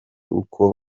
uko